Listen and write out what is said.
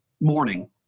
morning